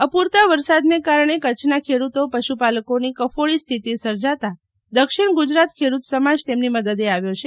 અપૂરતા વરસાદ ને કારણે કરછના ખેડૂતો પશુ પાલકો ની કફોડી સ્થિતિ સર્જાતા દક્ષિણ ગુજરાત ખેડૂત સમાજ તેમની મદદે આવ્યા છે